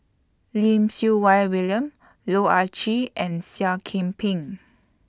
Lim Siew Wai William Loh Ah Chee and Seah Kian Peng